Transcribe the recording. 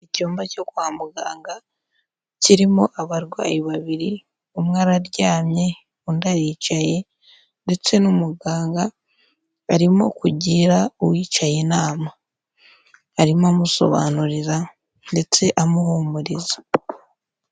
Icyumba cyo kwa muganga, kirimo abarwayi babiri, umwe araryamye, undi yicaye ndetse n'umuganga arimo kugira uwicaye inama, arimo amusobanurira ndetse amuhumuriza.